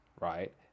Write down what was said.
right